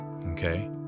okay